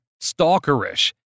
stalkerish